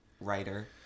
writer